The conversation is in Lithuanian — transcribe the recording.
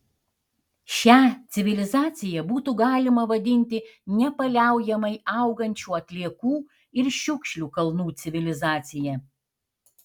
šią civilizaciją būtų galima vadinti nepaliaujamai augančių atliekų ir šiukšlių kalnų civilizacija